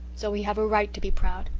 so we have a right to be proud.